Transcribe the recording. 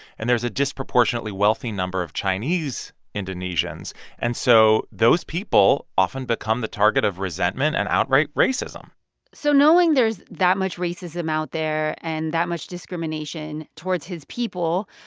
and there's a disproportionately wealthy number of chinese-indonesians. and and so those people often become the target of resentment and outright racism so knowing there's that much racism out there and that much discrimination towards his people,